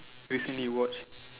briefly you watch